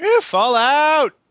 Fallout